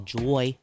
joy